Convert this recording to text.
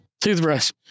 toothbrush